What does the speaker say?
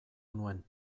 nuen